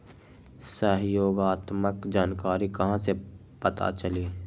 सहयोगात्मक जानकारी कहा से पता चली?